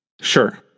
Sure